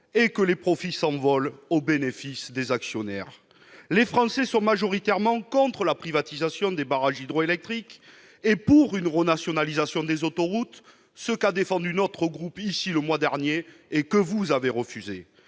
et que les profits s'envolent au bénéfice des actionnaires. Les Français sont majoritairement contre la privatisation des barrages hydroélectriques et pour une renationalisation des autoroutes, ce qu'a défendu notre groupe le mois dernier et que vous avez refusé.